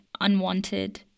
unwanted